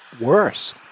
worse